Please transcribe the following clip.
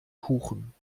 kuchen